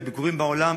בביקורים בעולם,